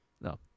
no